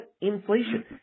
inflation